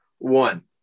One